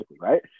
right